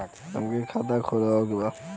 हमके खाता खोले के बा?